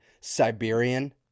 Siberian